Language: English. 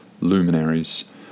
luminaries